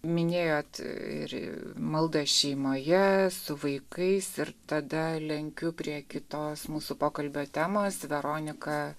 minėjot ir maldą šeimoje su vaikais ir tada lenkiu prie kitos mūsų pokalbio temos veronika